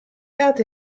dat